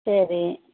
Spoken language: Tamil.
சரி